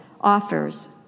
offers